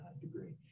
degree